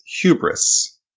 hubris